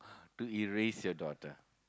to erase your daughter